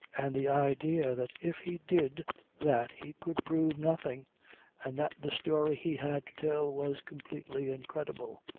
and the idea that if he did that he could prove nothing and that the story he had to tell was completely incredible,